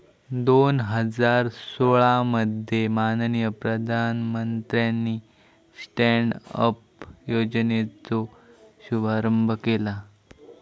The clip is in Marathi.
दोन हजार सोळा मध्ये माननीय प्रधानमंत्र्यानी स्टॅन्ड अप योजनेचो शुभारंभ केला